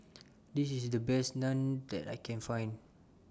This IS The Best Naan that I Can Find